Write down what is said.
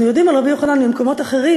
אנחנו יודעים על רבי יוחנן ממקומות אחרים,